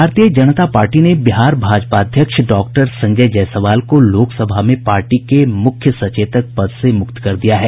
भारतीय जनता पार्टी ने बिहार भाजपा अध्यक्ष डॉक्टर संजय जायसवाल को लोक सभा में पार्टी के मुख्य सचेतक पद से मुक्त कर दिया है